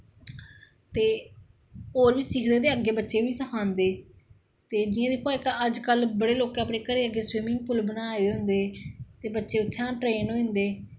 ते होर बी सिखदे ते अग्गैं बच्चें गी बी सखांदे ते जि'यां दिक्खो हा अजकल्ल बड़ें लोकें घरें दे अग्गैं स्विमिंग पुल बनाए दे होंदे ते बच्चे उत्थुआं दा ट्रेन होंदे